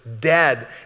dead